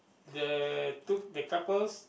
the two the couples